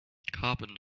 carbon